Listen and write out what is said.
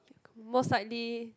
most likely